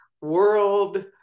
world